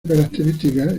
característica